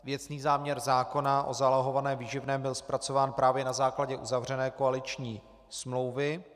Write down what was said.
Věcný záměr zákona o zálohovaném výživném byl zpracován právě na základě uzavřené koaliční smlouvy.